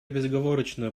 безоговорочно